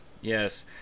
yes